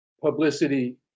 publicity